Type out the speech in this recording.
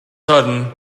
sudden